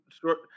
Short